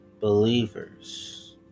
believers